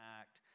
act